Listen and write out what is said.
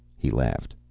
he laughed.